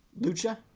Lucha